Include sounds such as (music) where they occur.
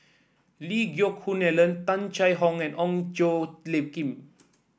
Lee Geck Hoon Ellen Tung Chye Hong and Ong Tjoe (unintelligible) Kim